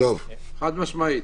חד-משמעית.